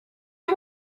you